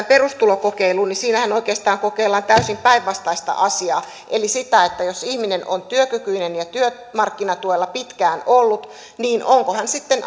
perustulokokeiluun niin siinähän oikeastaan kokeillaan täysin päinvastaista asiaa eli sitä että jos ihminen on työkykyinen ja työmarkkinatuella pitkään ollut niin onko hän sitten